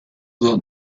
the